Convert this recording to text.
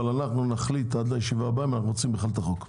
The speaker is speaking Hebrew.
אבל אנחנו נחליט עד הישיבה הבאה אם אנחנו רוצים בכלל את החוק.